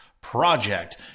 project